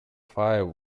fire